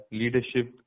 leadership